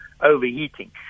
overheating